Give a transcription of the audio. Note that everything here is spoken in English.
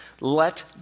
let